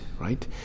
right